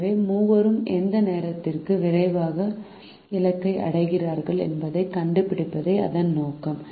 எனவே மூவரும் எந்த நேரத்திற்கு விரைவாக இலக்கை அடைகிறார்கள் என்பதைக் கண்டுபிடிப்பதே இதன் நோக்கம்